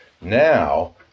Now